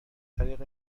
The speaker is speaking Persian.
طریق